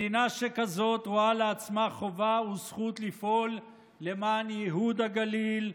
מדינה שכזאת רואה לעצמה חובה וזכות לפעול למען ייהוד הגליל,